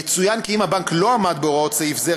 יצוין כי אם הבנק לא עמד בהוראות סעיף זה,